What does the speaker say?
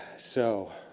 so,